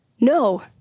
No